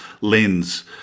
lens